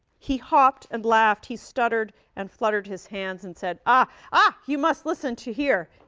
he hopped and laughed. he stuttered and fluttered his hands and said, ah, ah, you must listen to, hear.